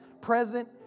present